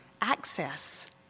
access